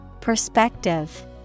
Perspective